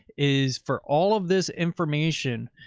is for all of this information?